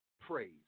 praise